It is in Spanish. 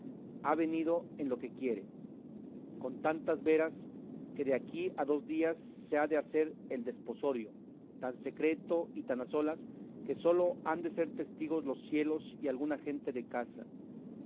ha venido en lo que quiere con tantas veras que de aquí a dos días se ha de hacer el desposorio tan secreto y tan a solas que sólo han de ser testigos los cielos y alguna gente de casa